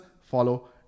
follow